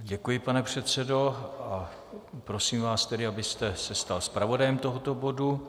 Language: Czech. Děkuji, pane předsedo, a prosím vás tedy, abyste se stal zpravodajem tohoto bodu.